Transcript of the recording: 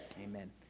Amen